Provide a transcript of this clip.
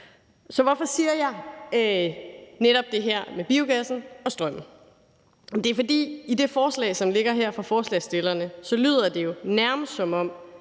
nu. Hvorfor siger jeg netop det her med biogassen og strømmen? Det er, fordi i det forslag, som ligger her fra forslagsstillerne, lyder det jo nærmest, som om